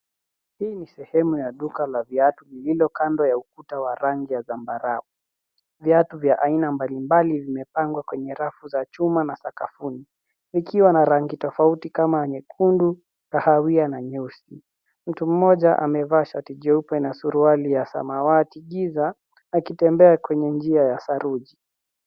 Hii ni sehemu ya duka la viatu lililo kando ya ukuta wa rangi ya zambarau. Viatu vya aina mbali mbali vimepangwa kwenye rafu za chuma na sakafuni, vikiwa na rangi tofauti kama nyekundu, kahawia na nyeusi. Mtu mmoja amevaa shati jeupe na suruali ya samawati giza, akitembea kwenye njia ya saruji.